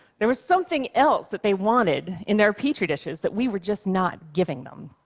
there was something else that they wanted in their petri dishes that we were just not giving them.